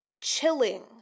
chilling